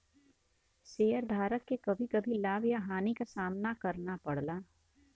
शेयरधारक के कभी कभी लाभ या हानि क सामना करना पड़ला